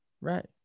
Right